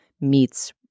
meets